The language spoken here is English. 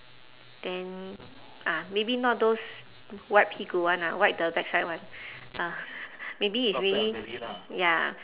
then ah maybe not those wipe 屁股 one ah wipe the backside one ah maybe it's really ya